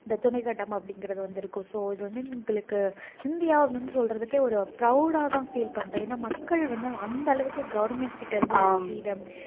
இந்த துணைக்கண்டம் அப்படிங்கிறது வந்திருக்கு ஸோ இது வந்து எங்களுக்கு இந்தியா அப்படின்னு சொல்கிறதுக்கே ஒரு ப்ரௌடாகதான் ஃபீல் பண்ணுறேன் ஏன்னா மக்கள் வந்து அந்தளவுக்கு கவர்மென்ட்கிட்டயிருந்து ஒரு ஃப்ரீடம்